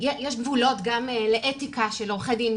יש גבולות גם לאתיקה של עורכי דין.